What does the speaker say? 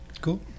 Cool